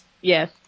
Yes